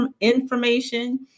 information